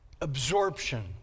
absorption